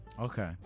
Okay